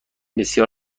بسیار